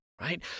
right